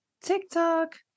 tiktok